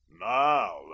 Now